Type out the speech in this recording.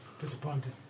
Disappointed